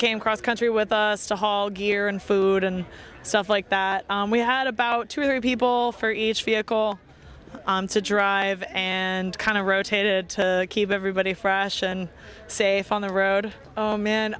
came cross country with us to haul gear and food and stuff like that we had about two or three people for each vehicle to drive and kind of rotated to keep everybody fresh and safe on the road oh